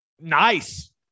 nice